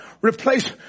replace